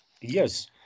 Yes